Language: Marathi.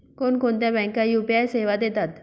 कोणकोणत्या बँका यू.पी.आय सेवा देतात?